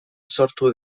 sortu